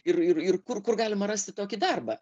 ir ir kur kur galima rasti tokį darbą